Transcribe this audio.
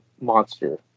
monster